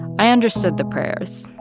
i understood the prayers,